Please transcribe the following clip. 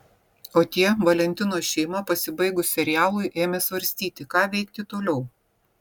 o tie valentinos šeima pasibaigus serialui ėmė svarstyti ką veikti toliau